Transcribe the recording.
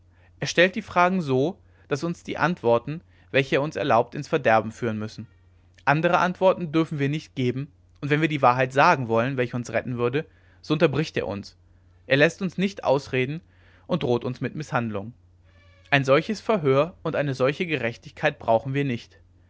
er stellt die fragen so daß uns die antworten welche er uns erlaubt ins verderben führen müssen andere antworten dürfen wir nicht geben und wenn wir die wahrheit sagen wollen welche uns retten würde so unterbricht er uns läßt uns nicht ausreden und droht uns mit mißhandlungen ein solches verhör und eine solche gerechtigkeit brauchen wir nicht